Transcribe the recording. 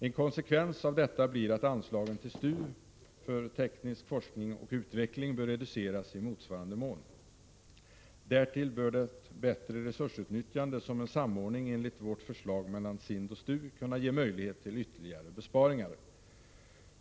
En konsekvens av detta blir att anslaget till STU för teknisk forskning och utveckling bör reduceras i motsvarande mån. Därtill bör det bättre resursutnyttjande som en samordning enligt vårt förslag mellan SIND och STU innebär kunna ge möjlighet till ytterligare besparingar.